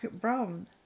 brown